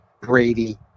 Brady